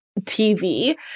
tv